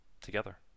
together